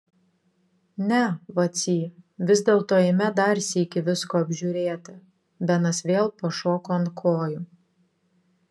ne vacy vis dėlto eime dar sykį visko apžiūrėti benas vėl pašoko ant kojų